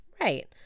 Right